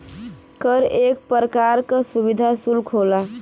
कर एक परकार का सुविधा सुल्क होला